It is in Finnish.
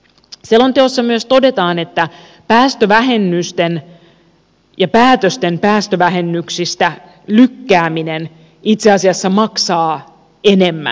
selonteossa myös todetaan että päästövähennysten ja päästövähennyksiä koskevien päätösten lykkääminen itse asiassa maksaa enemmän